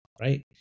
right